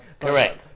correct